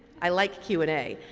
i like q and a.